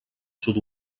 sud